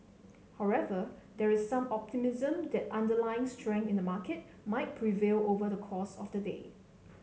however there is some optimism that underlying strength in the market might prevail over the course of the day